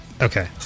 Okay